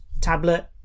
tablet